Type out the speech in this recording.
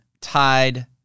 Tide